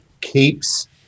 keeps